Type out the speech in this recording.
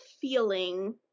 feeling